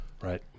right